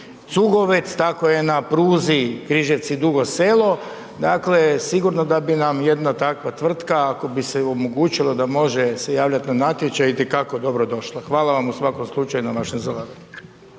Cugovec, tako je pruzi Križevci – Dugo Selo, dakle sigurno da bi nam jedna takva tvrtka ako bi se omogućilo da može se javljati na natječaj i te kako dobro došla. Hvala vam u svakom slučaju na vašem zalaganju.